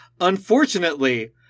unfortunately